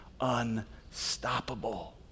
unstoppable